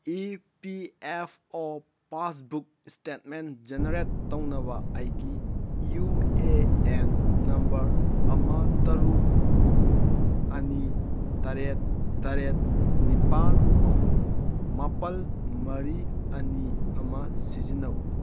E P F O passbook statement generate ꯇꯧꯅꯕ ꯑꯩꯒꯤ U A N number ꯑꯃ ꯇꯔꯨꯛ ꯑꯍꯨꯝ ꯑꯅꯤ ꯇꯔꯦꯠ ꯇꯔꯦꯠ ꯅꯤꯄꯥꯟ ꯑꯍꯨꯝ ꯃꯥꯄꯟ ꯃꯔꯤ ꯑꯅꯤ ꯑꯃ ꯁꯤꯖꯤꯟꯅꯧ